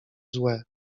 złe